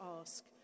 ask